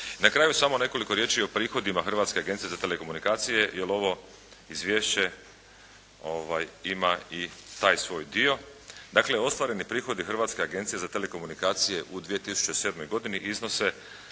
Na kraju samo nekoliko riječi o prihodima Hrvatske agencije za telekomunikacije jer ovo izvješće ima i taj svoj dio. Dakle, ostvareni prihodi Hrvatske agencije za telekomunikacije u 2007. godini iznose